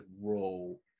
role